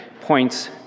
points